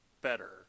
better